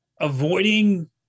avoiding